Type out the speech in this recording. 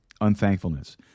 unthankfulness